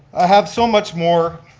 i have so much more,